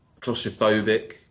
claustrophobic